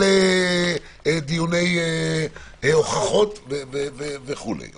על דיוני הוכחות וכולי.